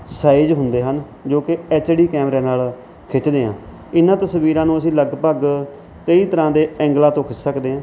size ਹੁੰਦੇ ਹਨ ਜੋ ਕਿ ਐੱਚ ਡੀ ਕੈਮਰਿਆਂ ਨਾਲ ਖਿੱਚਦੇ ਹਾਂ ਇਨ੍ਹਾਂ ਤਸਵੀਰਾਂ ਨੂੰ ਅਸੀਂ ਲਗਭਗ ਕਈ ਤਰ੍ਹਾਂ ਦੇ ਐਂਗਲਾਂ ਤੋਂ ਖਿੱਚ ਸਕਦੇ ਹਾਂ